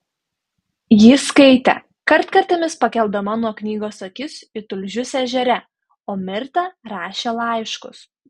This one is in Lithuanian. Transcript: ji skaitė kartkartėmis pakeldama nuo knygos akis į tulžius ežere o mirta rašė laiškus